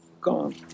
gone